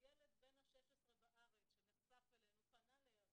הילד בן ה-16 בארץ שנחשף אלינו פנה לער"ן,